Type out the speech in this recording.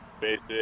basic